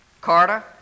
Carter